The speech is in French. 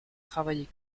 travailler